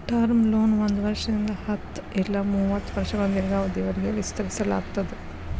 term loan ಒಂದ್ ವರ್ಷದಿಂದ ಹತ್ತ ಇಲ್ಲಾ ಮೂವತ್ತ ವರ್ಷಗಳ ದೇರ್ಘಾವಧಿಯವರಿಗಿ ವಿಸ್ತರಿಸಲಾಗ್ತದ